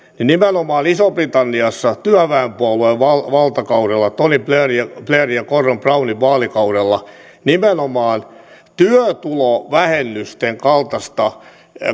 niin nimenomaan isossa britanniassa työväenpuolueen valtakaudella tony blairin ja gordon brownin vaalikaudella nimenomaan työtulovähennysten kaltaista